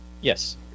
Yes